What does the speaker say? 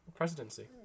Presidency